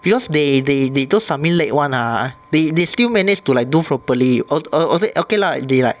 because they they they don't submit late [one] ah they they still manage to like do properly or or or okay lah they like